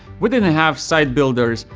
we didn't have site builders,